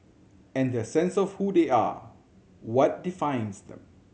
and their sense of who they are what defines them